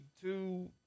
two